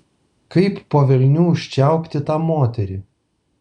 kaip po velnių užčiaupti tą moterį